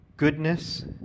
Goodness